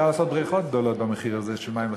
לעשות בריכות גדולות במחיר הזה של מים לחקלאות.